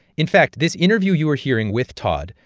in fact, this interview you are hearing with todd,